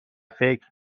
فکر